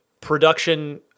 production